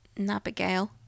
Nabigail